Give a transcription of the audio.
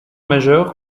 majeur